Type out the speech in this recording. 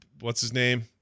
what's-his-name